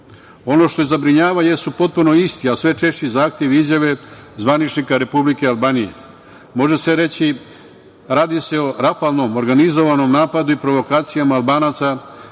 što zabrinjava jesu potpuno isti, a sve češći zahtevi i izjave zvaničnika Republike Albanije. Može se reći da se radi o rafalnom, organizovanom napadu i provokacijama Albanaca